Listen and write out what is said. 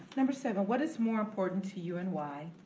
number seven. what is more important to you and why?